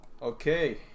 Okay